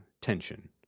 tension